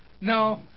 No